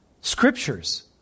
scriptures